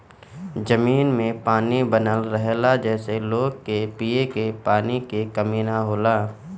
जमीन में पानी बनल रहेला जेसे लोग के पिए के पानी के कमी ना होला